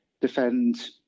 defend